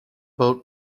boat